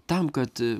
tam kad